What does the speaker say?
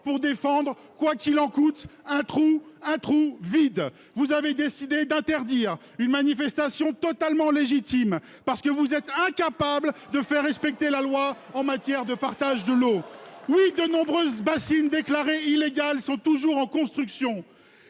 pour défendre quoi qu'il en coûte un trou, un trou vide vous avez décidé d'interdire une manifestation totalement légitime parce que vous êtes incapables de faire respecter la loi en matière de partage de l'eau. Oui, de nombreuses bassine déclarées illégales sont toujours en construction